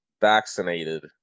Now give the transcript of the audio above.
vaccinated